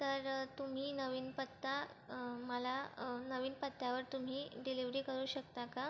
तर तुम्ही नवीन पत्ता मला नवीन पत्त्यावर तुम्ही डिलीवरी करू शकता का